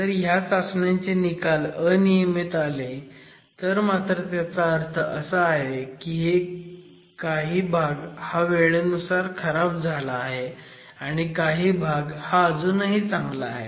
जर ह्या चाचण्यांचे निकाल अनियमित आले तर मात्र त्याचा अर्थ असा आहे की काही भाग हा वेळेनुसार खराब झाला आहे आणि काही भाग अजूनही चांगला आहे